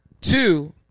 two